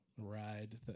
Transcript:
ride